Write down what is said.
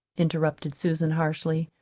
interrupted susan harshly.